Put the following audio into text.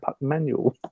manual